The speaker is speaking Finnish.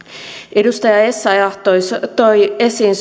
edustaja essayah toi esiin